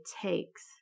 takes